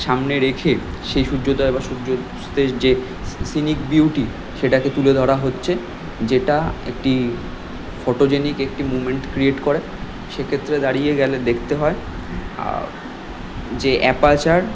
সামনে রেখে সেই সূয্যোদয় বা সূর্য অস্তের যে সিনিক বিউটি সেটাকে তুলে ধরা হচ্ছে যেটা একটি ফটোজেনিক একটি মোমেন্ট ক্রিয়েট করে সে ক্ষেত্রে দাঁড়িয়ে গেলে দেখতে হয় যে অ্যাপারচার